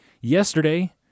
Yesterday